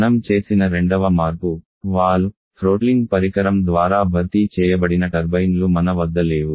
మనం చేసిన రెండవ మార్పు వాల్వ్ థ్రోట్లింగ్ పరికరం ద్వారా భర్తీ చేయబడిన టర్బైన్లు మన వద్ద లేవు